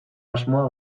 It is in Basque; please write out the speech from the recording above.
asmoa